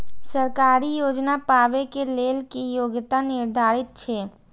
सरकारी योजना पाबे के लेल कि योग्यता निर्धारित छै?